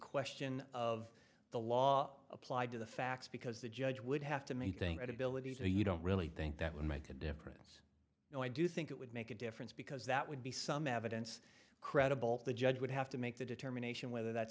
question of the law applied to the facts because the judge would have to make thing at abilities so you don't really think that would make a difference though i do think it would make a difference because that would be some evidence credible the judge would have to make the determination whether that